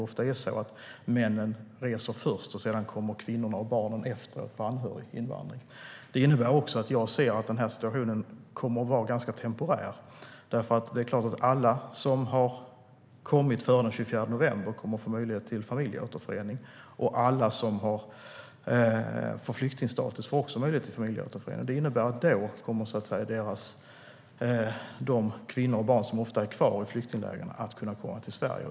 Ofta reser männen först, och sedan kommer kvinnorna och barnen efter genom anhöriginvandring. Det innebär att jag anser att den här situationen är ganska temporär. Alla som kom före den 24 november kommer att få möjlighet till familjeåterförening, och alla som får flyktingstatus får också möjlighet till familjeåterförening. Det innebär att de kvinnor och barn som ofta är kvar i flyktinglägren kommer att kunna komma till Sverige.